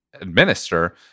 administer